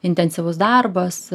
intensyvus darbas